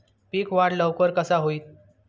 पीक वाढ लवकर कसा होईत?